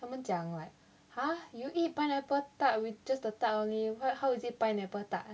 他们讲 like ha you eat pineapple tart with just the tart only ho~ how is it pineapple tart